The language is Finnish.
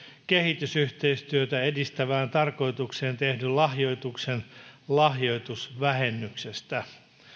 kehitysyhteistyötä edistävään tarkoitukseen tehdyn lahjoituksen lahjoitusvähennyksestä